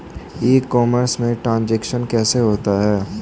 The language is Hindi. ई कॉमर्स में ट्रांजैक्शन कैसे होता है?